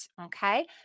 Okay